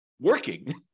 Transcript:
working